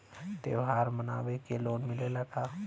त्योहार मनावे के लोन मिलेला का?